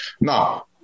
Now